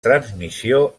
transmissió